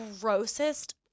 grossest